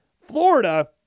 Florida